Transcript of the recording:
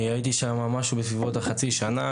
הייתי שם משהו בסביבות החצי שנה,